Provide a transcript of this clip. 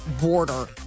border